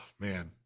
man